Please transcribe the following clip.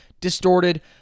distorted